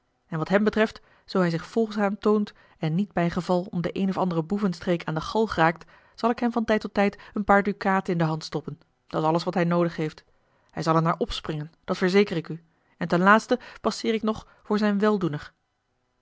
en wat hem betreft zoo hij zich volgzaam toont en niet bijgeval om den een of anderen boevenstreek aan de galg raakt zal ik hem van tijd tot tijd een paar dukaten in de hand stoppen dat s alles wat hij noodig heeft hij zal er naar opspringen dat verzeker ik u en ten laatste passeer ik nog voor zijn weldoener